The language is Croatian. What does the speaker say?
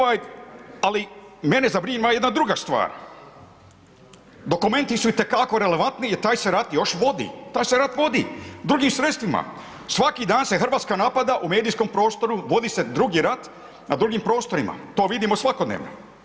Ali mene zabrinjava jedna druga stvar, dokumenti su itekako relevantni jer se taj rat još vodi, taj se rat vodi drugim sredstvima, svaki dan se Hrvatska napada u medijskom prostoru, vodi se drugi rat ma drugim prostorima, to vidimo svakodnevno.